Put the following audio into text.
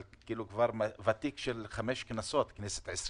אבל ותיק חמש כנסות 20,